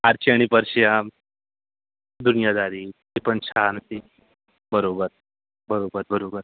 आर्ची आणि पर्श्याम् दुनियादारी ती पण छान होती बरोबर बरोबर बरोबर